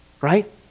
Right